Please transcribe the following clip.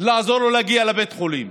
שלו להגיע לבית חולים,